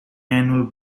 annual